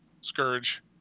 Scourge